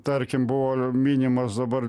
tarkim buvo minimas dabar